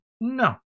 no